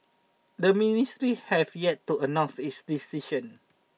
the ministry have yet to announce its decision